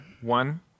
One